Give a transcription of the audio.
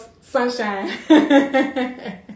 sunshine